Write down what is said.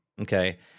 Okay